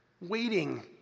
Waiting